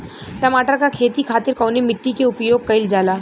टमाटर क खेती खातिर कवने मिट्टी के उपयोग कइलजाला?